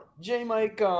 J-Mike